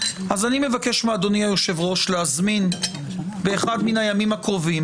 אני מבקש מאדוני היושב-ראש להזמין באחד מהימים הקרובים